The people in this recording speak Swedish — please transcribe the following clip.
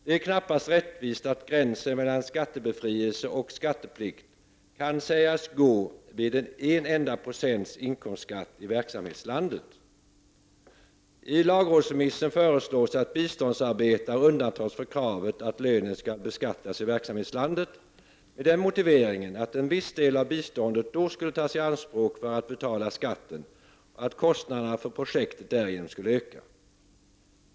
Det är knappast rättvist att gränsen mellan skattebefrielse och skatteplikt kan sägas gå vid en enda procents inkomstskatt i verksamhetslandet. I lagrådsremissen föreslås att biståndsarbetare undantas från kravet att lönen skall beskattas i verksamhetslandet med den motiveringen att en viss del av biståndet då skulle tas i anspråk för att betala skatten och att kostnaderna för projektet därigenom skulle öka.